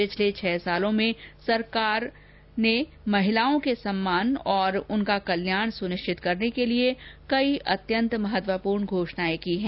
पिछले छह वर्षो में सरकार ने महिलाओं के सम्मान और उनका कल्याण सुनिश्चित करने की कई अत्यंत महत्वपूर्ण घोषणाए की है